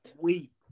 Weep